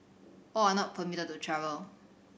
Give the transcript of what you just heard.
all are not permitted to travel